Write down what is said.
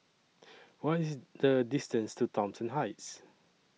What IS The distance to Thomson Heights